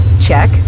Check